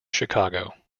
chicago